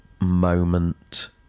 moment